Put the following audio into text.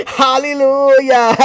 hallelujah